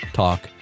talk